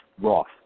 Roth